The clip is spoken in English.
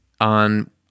on